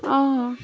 آ